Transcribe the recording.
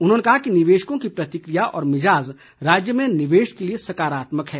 उन्होंने कहा कि निवेशकों की प्रतिक्रिया और मिजाज़ राज्य में निवेश के लिए सकारात्मक है